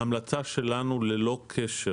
ההמלצה שלנו ללא קשר